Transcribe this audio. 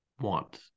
want